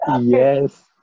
Yes